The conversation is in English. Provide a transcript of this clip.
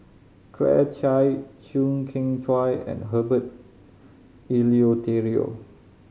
Claire Chiang Chew Kheng Chuan and Herbert Eleuterio